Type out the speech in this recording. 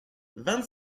vingt